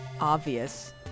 obvious